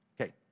Okay